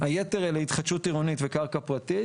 היתר להתחדשות עירונית וקרקע פרטית.